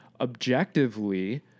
Objectively